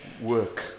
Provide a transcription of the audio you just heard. work